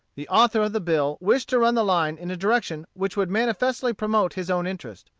the author of the bill wished to run the line in a direction which would manifestly promote his own interest.